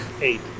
Eight